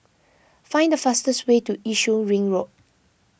find the fastest way to Yishun Ring Road